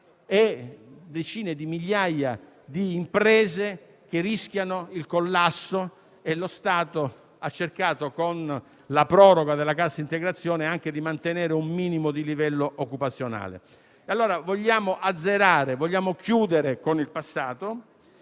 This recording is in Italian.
e decine di migliaia di imprese che rischiano il collasso e lo Stato, anche con la proroga della cassa integrazione, ha cercato di mantenere un minimo di livello occupazionale. Vogliamo dunque azzerare e chiudere con il passato,